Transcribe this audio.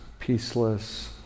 peaceless